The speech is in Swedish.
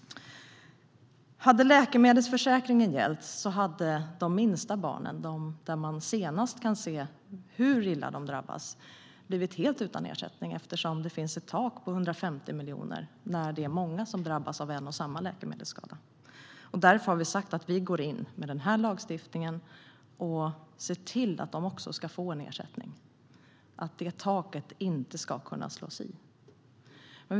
Hade läkemedelsförsäkringen gällt hade de minsta barnen, där man senast kan se hur illa de drabbats, blivit helt utan ersättning eftersom det finns ett tak på 150 miljoner när det är många som drabbas av en och samma läkemedelsskada. Därför har vi sagt att vi går in med den här lagstiftningen och ser till att även de ska få en ersättning och att det inte ska gå att slå i detta tak.